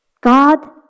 God